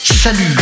Salut